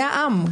זה העם.